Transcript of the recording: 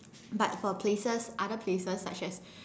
but for places other places such as